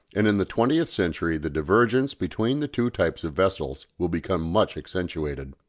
and in the twentieth century the divergence between the two types of vessels will become much accentuated.